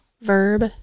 verb